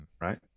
right